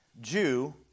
Jew